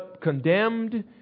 condemned